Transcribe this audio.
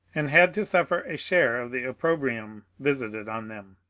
and had to suffer a share of the oppro brium visited on them.